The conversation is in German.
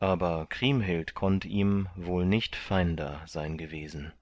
aber kriemhild konnt ihm wohl nicht feinder sein gewesen